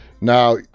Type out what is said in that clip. now